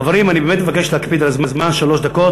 חברים, אני באמת מבקש להקפיד על הזמן, שלוש דקות.